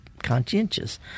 Conscientious